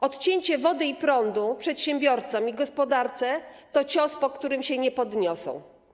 Odcięcie wody i prądu przedsiębiorcom i gospodarce to cios, po którym się nie podniosą.